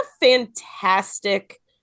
fantastic